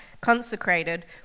consecrated